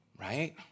Right